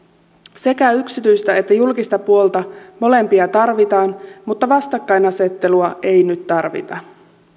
sekä yksityistä että julkista puolta molempia tarvitaan mutta vastakkainasettelua ei nyt tarvita